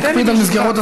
תן לי.